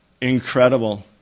Incredible